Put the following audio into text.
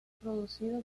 producido